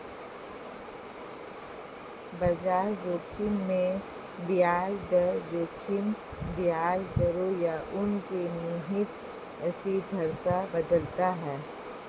बाजार जोखिम में ब्याज दर जोखिम ब्याज दरों या उनके निहित अस्थिरता बदलता है